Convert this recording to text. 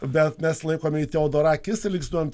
bet mes laikome jį teodorakis ir linksniuojam